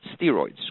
steroids